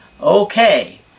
Okay